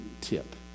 tip